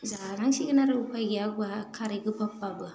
जानांसिगोन आरो उफाय गैया बहा खारै गोबाब बाबो